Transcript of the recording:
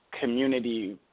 community